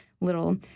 little